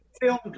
filmed